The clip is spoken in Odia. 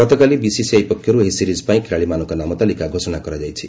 ଗତକାଲି ବିସିସିଆଇ ପକ୍ଷରୁ ଏହି ସିରିଜ୍ ପାଇଁ ଖେଳାଳିମାନଙ୍କ ନାମ ତାଲିକା ଘୋଷଣା କରାଯାଇଛି